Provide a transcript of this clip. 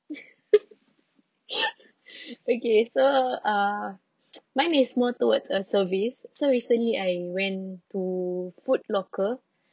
okay so uh mine is more towards a service so recently I went to Foot Locker